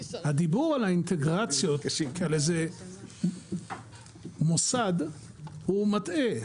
הדיבור על האינטגרציות כעל איזה מוסד הוא מטעה.